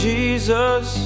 Jesus